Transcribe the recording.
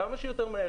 כמה שיותר מה,